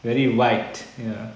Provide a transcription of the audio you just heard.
very white ya